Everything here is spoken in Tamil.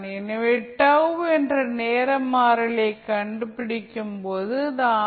எனவே τ என்ற நேர மாறியைக் கண்டு பிடிக்கும் போது அது ஆர்